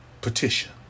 petition